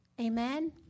Amen